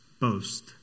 boast